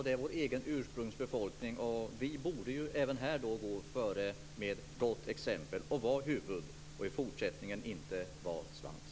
Det är vår egen ursprungsbefolkning. Vi borde även här gå före med gott exempel och vara huvud och i fortsättningen inte vara svans.